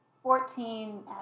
Fourteen